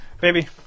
baby